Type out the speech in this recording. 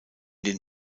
den